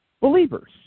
believers